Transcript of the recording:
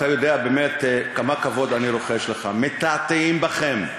ואתה יודע כמה כבוד אני רוחש לך: מתעתעים בכם.